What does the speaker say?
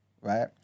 right